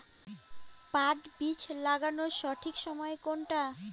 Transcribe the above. পাট বীজ লাগানোর সঠিক সময় কোনটা?